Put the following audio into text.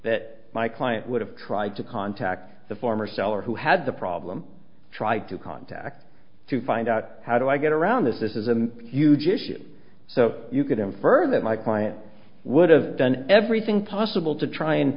that my client would have tried to contact the former seller who had the problem try to contact to find out how do i get around this this is a huge issue so you could infer that my client would have done everything possible to try and